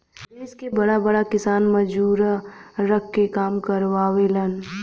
देस के बड़ा बड़ा किसान मजूरा रख के काम करावेलन